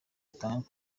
itanga